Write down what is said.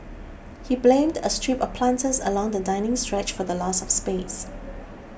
he blamed a strip of planters along the dining stretch for the loss of space